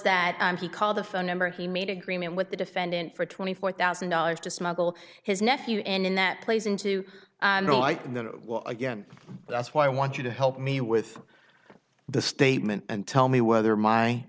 that he called the phone number he made agreement with the defendant for twenty four thousand dollars to smuggle his nephew and in that place into like that again that's why i want you to help me with the statement and tell me whether my